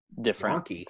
different